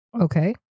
Okay